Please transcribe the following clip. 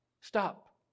Stop